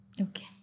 Okay